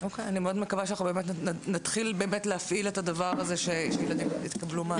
אני מקווה מאוד שנתחיל באמת להפעיל את הדבר הזה שילדים יקבלו מענה.